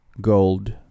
gold